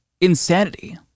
insanity